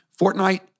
Fortnite